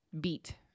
beat